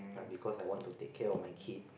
ah because I want to take care of my kid